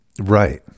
Right